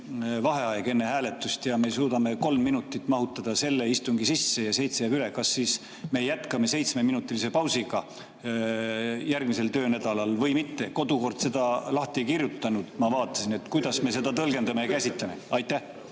vaheaeg enne hääletust ja me suudame kolm minutit mahutada selle istungi sisse ja seitse jääb üle, kas me jätkame seitsmeminutilise pausiga järgmisel töönädalal või mitte? Kodukord seda lahti ei kirjutanud, ma vaatasin. Kuidas me seda tõlgendame ja käsitleme? Mul